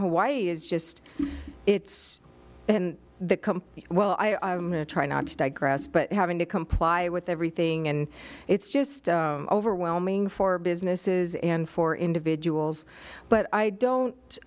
hawaii is just it's and the come well i try not to digress but having to comply with everything and it's just overwhelming for businesses and for individuals but i don't